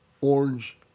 orange